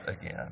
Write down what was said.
again